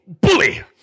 Bully